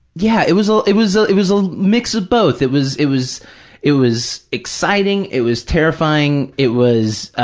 yeah, it was, ah it was ah it was a mix of both. it was, it was it was exciting. it was terrifying. it was